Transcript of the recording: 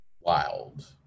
wild